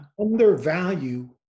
Undervalue